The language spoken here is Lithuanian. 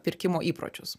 pirkimo įpročius